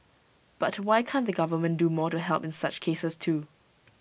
but why can't the government do more to help in such cases too